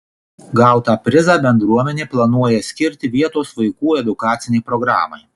gautą prizą bendruomenė planuoja skirti vietos vaikų edukacinei programai